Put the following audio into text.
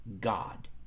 God